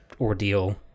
ordeal